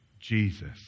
Jesus